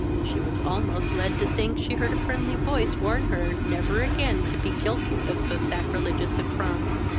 she was almost led to think she heard a friendly voice warn her never again to be guilty of so sacrilegious a crime.